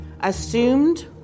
assumed